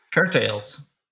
Curtails